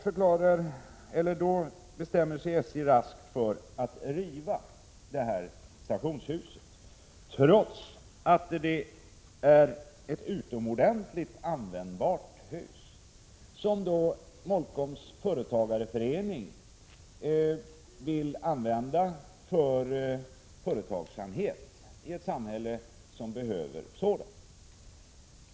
SJ bestämde sig då raskt för att riva detta stationshus, trots att det är ett utomordentligt användbart hus, som Molkoms företagarförening vill använda för företagsamhet i ett samhälle där sysselsättning behövs.